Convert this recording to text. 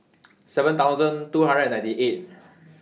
seven thousand two hundred and ninety eight